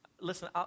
Listen